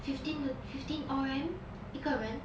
fifteen fifteen R_M 一个人